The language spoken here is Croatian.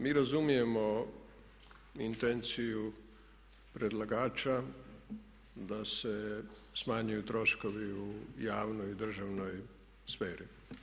Mi razumijemo intenciju predlagača da se smanjuju troškovi u javnoj i državnoj sferi.